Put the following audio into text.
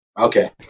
Okay